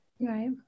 Right